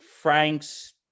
Frank's